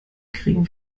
kriegen